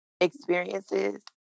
experiences